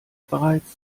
bereits